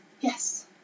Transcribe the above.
Yes